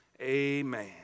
Amen